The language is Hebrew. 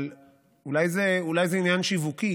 אבל אולי זה עניין שיווקי,